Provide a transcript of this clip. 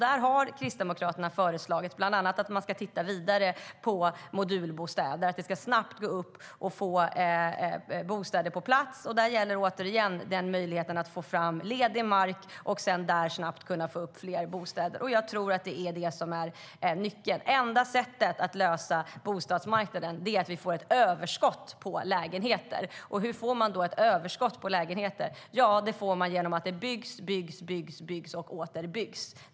Där har Kristdemokraterna bland annat föreslagit att man ska titta vidare på modulbostäder. Därför behöver vi få fram ledig mark för att sedan snabbt kunna uppföra bostäder. Jag tror att enda sättet att lösa problemen på bostadsmarknaden är att vi får ett överskott på lägenheter. Hur får man det? Det får man genom att det byggs, byggs och åter byggs.